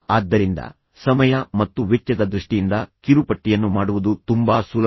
ಆದ್ದರಿಂದ ಸಮಯ ಮತ್ತು ವೆಚ್ಚದ ದೃಷ್ಟಿಯಿಂದ ಕಿರುಪಟ್ಟಿಯನ್ನು ಮಾಡುವುದು ತುಂಬಾ ಸುಲಭ